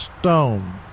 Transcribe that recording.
stone